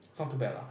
it's not too bad lah